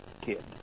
kid